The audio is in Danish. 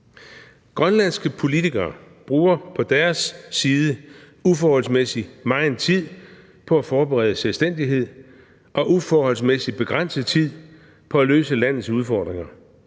Grønlandske politikere bruger på deres side uforholdsmæssig meget tid på at forberede selvstændighed og uforholdsmæssig begrænset tid på at løse landets udfordringer.